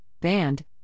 band